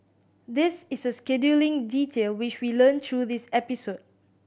this is a scheduling detail which we learnt through this episode